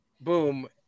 boom